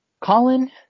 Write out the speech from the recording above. Colin